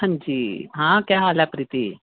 हां जी हां केह् हाल ऐ प्रीति